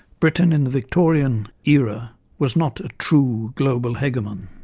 britain in the victorian era was not a true global hegemon.